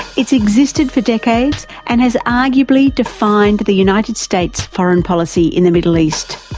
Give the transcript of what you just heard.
it's existed for decades and has arguably defined the united states' foreign policy in the middle east.